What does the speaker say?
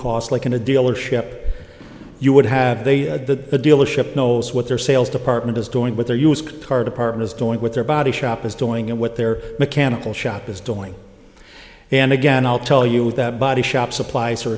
cost like in a dealership you would have a good dealership knows what their sales department is doing with their use car departments doing what their body shop is doing and what their mechanical shop is doing and again i'll tell you with that body shop supplies are